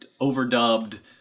overdubbed